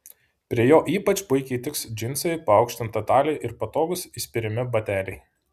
prie jo ypač puikiai tiks džinsai paaukštinta talija ir patogūs įspiriami bateliai